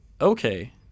Okay